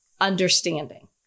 understanding